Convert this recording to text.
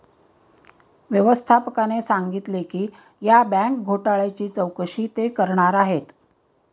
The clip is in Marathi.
व्यवस्थापकाने सांगितले की या बँक घोटाळ्याची चौकशी ते करणार आहेत